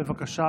בבקשה,